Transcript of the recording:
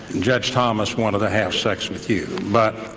judge thomas wanted to have sex with you but,